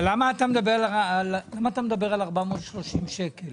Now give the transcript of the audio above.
למה אתה מדבר על 430 שקל?